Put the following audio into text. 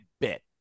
bit